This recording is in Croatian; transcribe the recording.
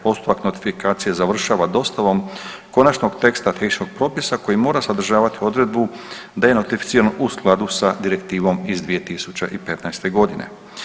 Postupak notifikacije završava dostavom konačnog teksta tehničkog propisa koji mora sadržavati odredbu da je notificiran u skladu sa Direktivom iz 2015. godine.